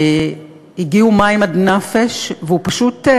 מרגיש שהגיעו מים עד נפש והוא פשוט,